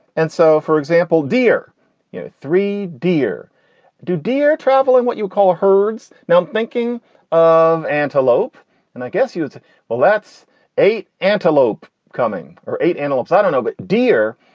and so, for example, deer three dear do dear travelling what you call herds. now i'm thinking of antelope and i guess you. well, that's eight antelope coming or eight antelopes. i don't know, but dear.